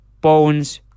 Bones